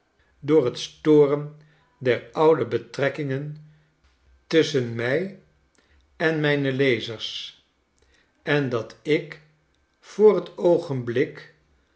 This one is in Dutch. door het storen der oude betrekkingen tusschen mijen mijne lezers en dat ik voor een oogenblik